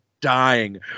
Dying